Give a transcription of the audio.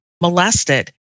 molested